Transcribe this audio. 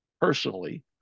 personally